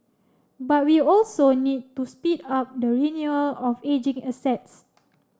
but we also need to speed up the renewal of ageing assets